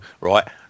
right